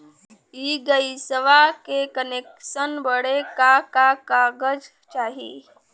इ गइसवा के कनेक्सन बड़े का का कागज चाही?